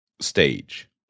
stage